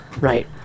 right